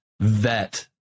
vet